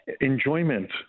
enjoyment